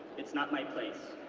it's not my place,